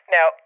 Now